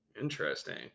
Interesting